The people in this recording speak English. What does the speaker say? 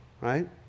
Right